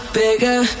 bigger